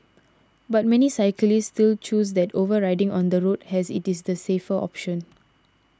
but many cyclists still choose that over riding on the road as it is the safer option